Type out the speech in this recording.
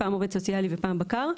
פעם עובד סוציאלי ופעם בקר.